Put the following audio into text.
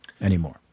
anymore